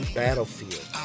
battlefield